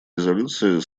резолюции